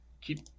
keep